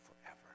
forever